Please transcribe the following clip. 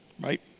right